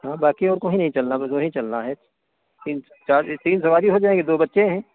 हाँ बाकी और कहीं नहीं चलना है बस वहीं चलना है तीन चार तीन सवारी हो जाएगी दो बच्चे हैं